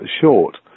short